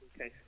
Okay